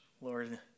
Lord